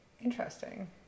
interesting